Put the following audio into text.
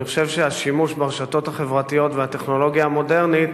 אני חושב שהשימוש ברשתות החברתיות ובטכנולוגיה המודרנית